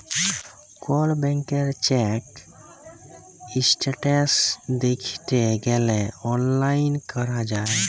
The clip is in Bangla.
কল ব্যাংকের চ্যাক ইস্ট্যাটাস দ্যাইখতে গ্যালে অললাইল ক্যরা যায়